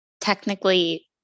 technically